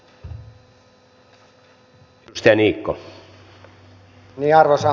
arvoisa puhemies